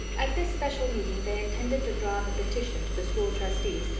at this especial meeting they intended to draw up a petition to the school trustees,